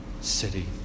city